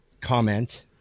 comment